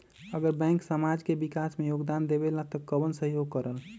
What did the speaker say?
अगर बैंक समाज के विकास मे योगदान देबले त कबन सहयोग करल?